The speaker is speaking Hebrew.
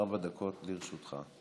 ארבע דקות לרשותך.